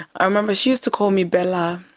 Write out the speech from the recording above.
i remember she used to call me bella,